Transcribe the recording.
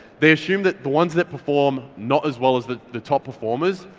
they assume that the ones that perform not as well as the the top performers,